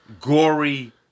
gory